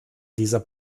dieser